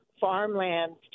farmlands